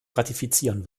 ratifizieren